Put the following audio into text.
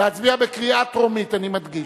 להצביע בקריאה טרומית, אני מדגיש.